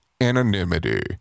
anonymity